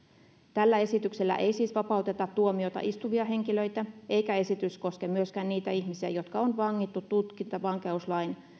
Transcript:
tällä esityksellä ei siis vapauteta tuomiota istuvia henkilöitä eikä esitys koske myöskään niitä ihmisiä jotka on vangittu tutkintavankeuslain